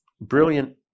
brilliant